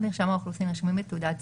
מרשם האוכלוסין (רישומים בתעודת זהות),